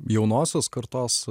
jaunosios kartos